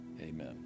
Amen